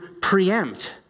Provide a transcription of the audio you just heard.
preempt